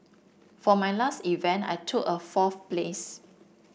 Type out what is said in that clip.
for my last event I took a fourth place